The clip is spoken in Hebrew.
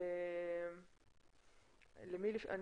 בוקר טוב.